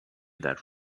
that